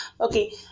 okay